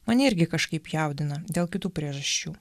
mane irgi kažkaip jaudina dėl kitų priežasčių